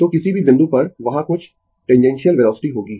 तो किसी भी बिंदु पर वहाँ कुछ टैंजैन्सिअल वेलोसिटी होगी